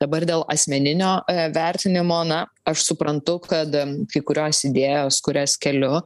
dabar dėl asmeninio vertinimo na aš suprantu kad kai kurios idėjos kurias keliu